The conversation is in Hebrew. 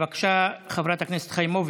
בבקשה, חברת הכנסת חיימוביץ'.